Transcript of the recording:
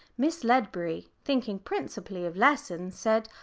miss ledbury, thinking principally of lessons, said,